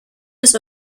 des